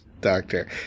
Doctor